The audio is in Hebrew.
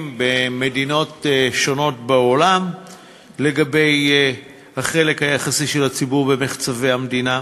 במדינות שונות בעולם לגבי החלק היחסי של הציבור במחצבי המדינה.